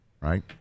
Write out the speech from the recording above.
right